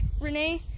Renee